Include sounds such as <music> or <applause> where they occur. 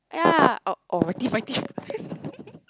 ya oh oh my teeth my teeth <laughs>